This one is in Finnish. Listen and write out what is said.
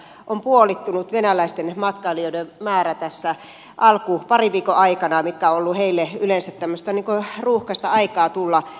arvio on että venäläisten matkailijoiden määrä on puolittunut tässä parin viikon aikana mikä on ollut heille yleensä tämmöistä ruuhkaista aikaa tulla suomeen